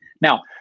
Now